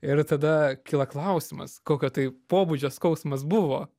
ir tada kyla klausimas kokio tai pobūdžio skausmas buvo